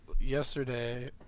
yesterday